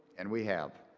and we have.